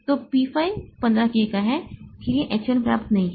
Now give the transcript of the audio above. तो P 5 15K का है इसलिए H 1 पर्याप्त नहीं है